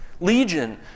Legion